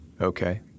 Okay